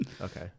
Okay